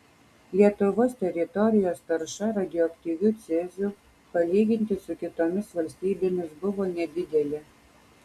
lietuvos teritorijos tarša radioaktyviu ceziu palyginti su kitomis valstybėmis buvo nedidelė